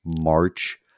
March